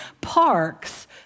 parks